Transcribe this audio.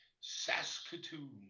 Saskatoon